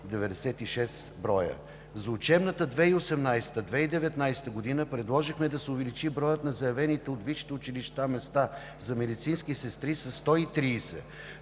96 броя. За учебната 2018 – 2019 г. предложихме да се увеличи броят на заявените от висшите училища места за медицински сестри със 130.